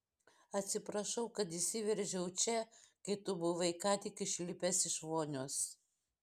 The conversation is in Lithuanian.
atsiprašau kad įsiveržiau čia kai tu buvai ką tik išlipęs iš vonios